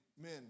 men